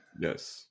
Yes